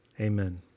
amen